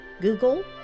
Google